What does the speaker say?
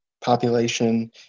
population